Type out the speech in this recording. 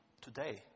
today